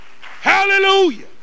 Hallelujah